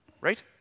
right